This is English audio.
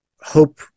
hope